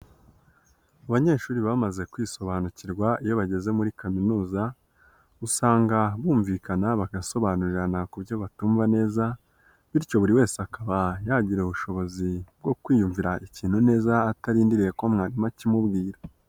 Abanyeshuri bamaze kwisobanukirwa iyo bageze muri kaminuza usanga bumvikana bagasobanurirana ku buryo batumva neza, bityo buri wese akaba yagira ubushobozi bwo kwiyumvira ikintu neza atarindiriye ko mwarimu akimubwira.